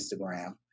Instagram